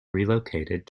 relocated